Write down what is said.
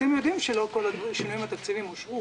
אתם יודעים שלא כל השינויים התקציביים אושרו,